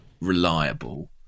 reliable